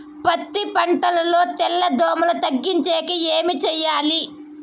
పత్తి పంటలో తెల్ల దోమల తగ్గించేకి ఏమి చేయాలి?